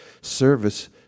service